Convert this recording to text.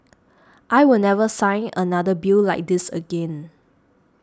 I will never sign another bill like this again